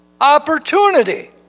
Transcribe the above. opportunity